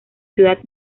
ciudad